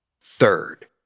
Third